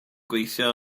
gweithio